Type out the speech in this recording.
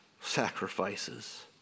sacrifices